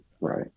Right